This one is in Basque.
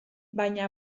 baina